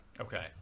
Okay